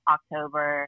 October